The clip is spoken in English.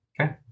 Okay